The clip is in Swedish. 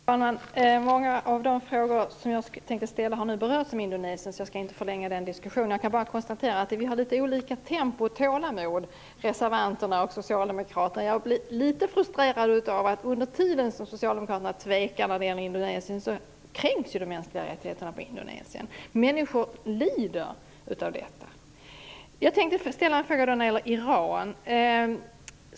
Fru talman! Många av de frågor om Indonesien som jag tänkte ställa har nu berörts, så jag skall inte förlänga den diskussionen. Jag kan bara konstatera att reservanterna och socialdemokraterna har litet olika tempo och tålamod. Jag blir litet frustrerad över att under tiden som socialdemokraterna tvekar när det gäller Indonesien kränks ju de mänskliga rättigheterna i Indonesien. Människor lider. Jag tänkte ställa en fråga om Iran.